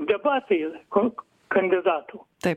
debatai ko kandidatų taip